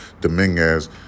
Dominguez